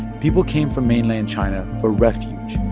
people came from mainland china for refuge,